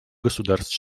государств